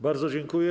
Bardzo dziękuję.